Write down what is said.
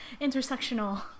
intersectional